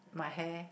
my hair